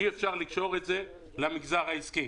אי אפשר לקשור את זה למגזר העסקי.